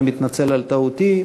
אני מתנצל על טעותי.